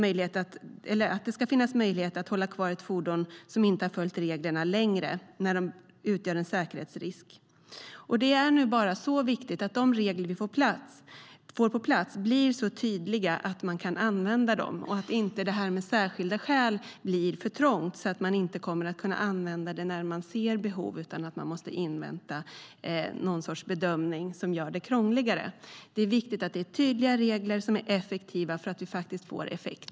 Det ska finnas möjlighet att längre hålla kvar ett fordon som inte har följt reglerna när det utgör en säkerhetsrisk. Det är nu viktigt att de regler vi får på plats blir så tydliga att vi kan använda dem. Det här med särskilda skäl får inte bli för trångt så att man inte kommer att kunna använda det när man ser behovet utan måste invänta någon sorts bedömning som gör det hela krångligare. Det är viktigt att det finns tydliga regler som är effektiva så att de faktiskt får effekt.